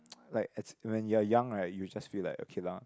like it's when you are young right you will just feel like okay lah